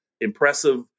impressive